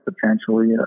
potentially